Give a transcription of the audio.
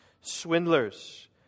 swindlers